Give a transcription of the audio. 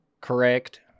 Correct